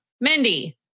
Mindy